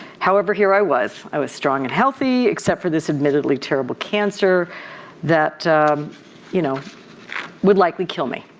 however, here i was, i was strong and healthy except for this admittedly terrible cancer that you know would likely kill me.